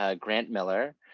ah grant miller.